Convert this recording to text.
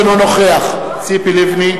אינו נוכח ציפי לבני,